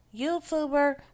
youtuber